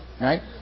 right